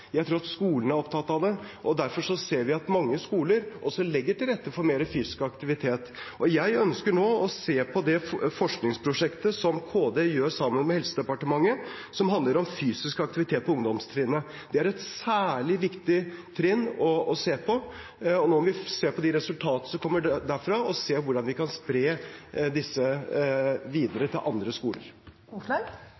Jeg tror at skolen er opptatt av det. Derfor ser vi at mange skoler også legger til rette for mer fysisk aktivitet. Jeg ønsker nå å se på det forskningsprosjektet som KD gjør sammen med Helsedepartementet, som handler om fysisk aktivitet på ungdomstrinnet. Det er et særlig viktig trinn å se på, og når vi ser de resultatene som kommer derfra, må vi se på hvordan vi kan spre disse videre